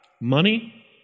Money